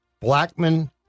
Blackman